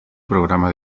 programa